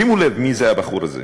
שימו לב מי זה הבחור הזה.